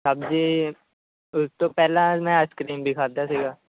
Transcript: ਸਬਜ਼ੀ ਉਸ ਤੋਂ ਪਹਿਲਾਂ ਮੈਂ ਆਈਸਕ੍ਰੀਮ ਵੀ ਖਾਧਾ ਸੀਗਾ